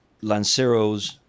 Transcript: Lanceros